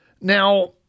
Now